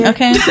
Okay